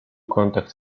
contact